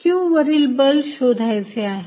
q वरील बल शोधायचे आहे